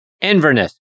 Inverness